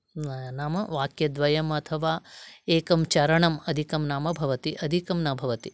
नाम वाक्यद्वयम् अथवा एकं चरणम् अधिकं नाम भवति अधिकं न भवति